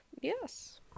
yes